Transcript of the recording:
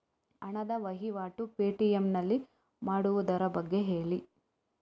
ಹಣದ ವಹಿವಾಟು ಪೇ.ಟಿ.ಎಂ ನಲ್ಲಿ ಮಾಡುವುದರ ಬಗ್ಗೆ ಹೇಳಿ